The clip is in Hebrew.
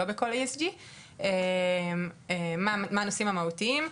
לא בכל ESG. מה הנושאים המהותיים?